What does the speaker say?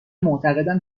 معتقدم